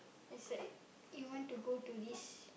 it's like you want to go to this